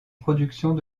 productions